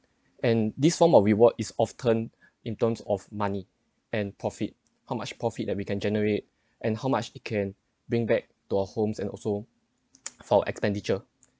and this form of reward is often in terms of money and profit how much profit that we can generate and how much you can bring back to our homes and also for expenditure